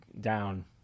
down